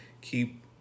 Keep